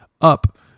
up